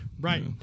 right